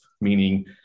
meaning